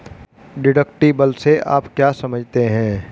Deductible से आप क्या समझते हैं?